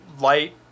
light